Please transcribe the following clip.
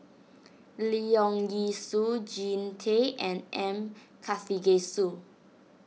Leong Yee Soo Jean Tay and M Karthigesu